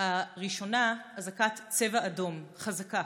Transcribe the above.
הראשונה, אזעקת צבע אדום חזקה